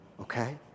Okay